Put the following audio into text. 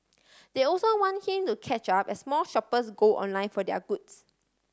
they also want him to catch up as more shoppers go online for their goods